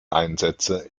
einsätze